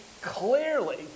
clearly